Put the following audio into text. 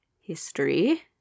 history